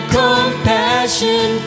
compassion